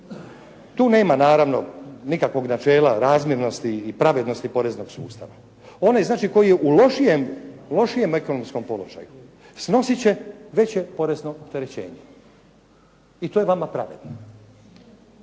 tu nema naravno nikakvog načela razmjernosti i pravednosti poreznog sustava. Onaj koji je u lošijem ekonomskom položaju snosit će veće porezno opterećenje i to je vama pravedno.